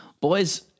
Boys